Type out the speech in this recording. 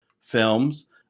films